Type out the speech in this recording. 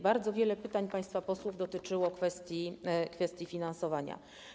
Bardzo wiele pytań państwa posłów dotyczyło kwestii finansowania.